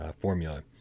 formula